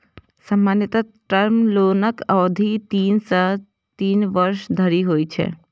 सामान्यतः टर्म लोनक अवधि तीन सं तीन वर्ष धरि होइ छै